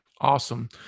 Awesome